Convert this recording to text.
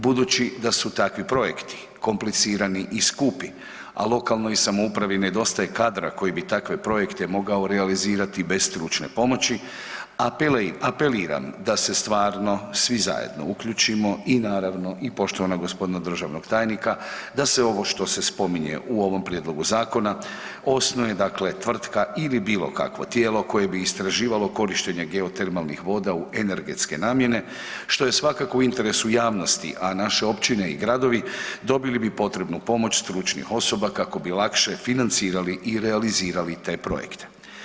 Budući da su takvi projekti komplicirani i skupi, a lokalnoj samoupravi nedostaje kadra koji bi takve projekte mogao realizirati bez stručne pomoći, apeliram da se stvarno svi zajedno uključimo, i naravno, i poštovanog g. državnog tajnika, da se ovo što se spominje u ovom prijedlogu zakona, osnuje dakle tvrtka ili bilo kakvo tijelo koje bi istraživalo korištenje geotermalnih voda u energetske namjene, što je svakako u interesu javnosti, a naše općine i gradovi dobili bi potrebnu pomoć stručnih osoba kako bi lakše financirali i realizirali te projekte.